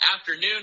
afternoon